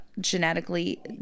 genetically